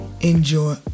enjoy